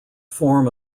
form